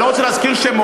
אני לא רוצה להזכיר שמות,